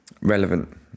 relevant